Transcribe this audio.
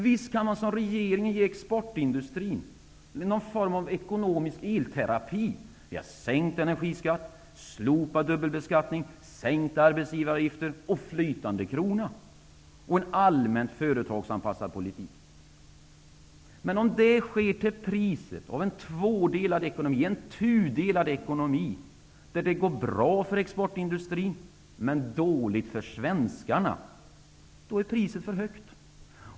Visst kan man som regeringen ge exportindustrin någon form av ekonomisk ''elterapi'' via sänkt energiskatt, slopad dubbelbeskattning, sänkta arbetsgivaravgifter, och flytande krona samt en allmänt företagsanpassad politik. Men om det sker till priset av en tvådelad ekonomi, där det går bra för exportindustrin men dåligt för svenskarna, då är priset för högt.